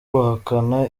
bahakana